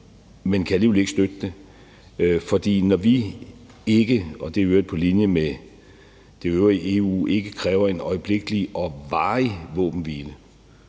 men kan alligevel ikke støtte det. For når vi ikke, og det er i øvrigt på linje med det øvrige EU, kræver en øjeblikkelig og varig våbenhvile,